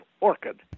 orchid